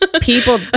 people